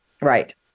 Right